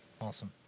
Awesome